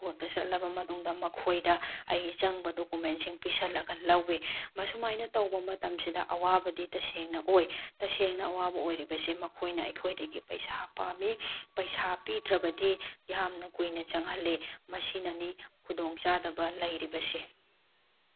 ꯀꯣꯔꯠꯇ ꯆꯠꯂꯕ ꯃꯇꯨꯡꯗ ꯃꯈꯣꯏꯗ ꯑꯩꯒꯤ ꯆꯪꯕ ꯗꯣꯀꯨꯃꯦꯟꯁꯤꯡ ꯄꯤꯁꯤꯜꯂꯒ ꯂꯣꯧꯋꯤ ꯃꯁꯨꯃꯥꯏꯅ ꯇꯧꯕ ꯃꯇꯝꯁꯤꯗ ꯑꯋꯥꯕꯗꯤ ꯇꯁꯦꯡꯅ ꯑꯣꯏ ꯇꯁꯦꯡꯅ ꯑꯋꯥꯕ ꯑꯣꯏꯔꯤꯕꯁꯦ ꯃꯈꯣꯏꯅ ꯑꯩꯈꯣꯏꯗꯒꯤ ꯄꯩꯁꯥ ꯄꯥꯝꯃꯤ ꯄꯩꯁꯥ ꯄꯤꯗ꯭ꯔꯕꯗꯤ ꯌꯥꯝꯅ ꯀꯨꯏꯅ ꯆꯪꯍꯜꯂꯤ ꯃꯁꯤꯅꯅꯤ ꯈꯨꯗꯣꯡ ꯆꯥꯗꯕ ꯂꯩꯔꯤꯕꯁꯦ